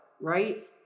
right